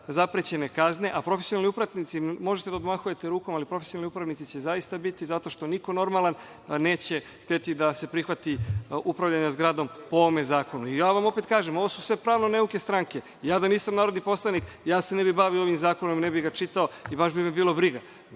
zaprećene kazne, a profesionalni upravnici, možete da odmahujete rukom, ali profesionalni upravnici će zaista biti zato što niko normalan neće hteti da se prihvati upravljanja zgradom po ovom zakonu. Opet vam kažem ovo su sve pravno neuke stranke. Da nisam narodni poslanik, ne bih se bavio ovim zakonom, ne bih ga čitao i baš bi me bilo briga.